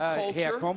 culture